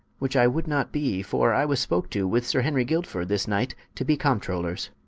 which i would not be, for i was spoke to, with sir henry guilford this night to be comptrollers